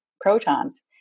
protons